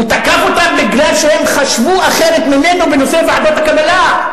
הוא תקף אותם בגלל שהם חשבו אחרת ממנו בנושא ועדות הקבלה.